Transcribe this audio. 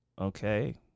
okay